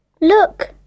Look